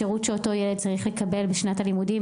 שירות שאותו ילד צריך לקבל בשנת הלימודים,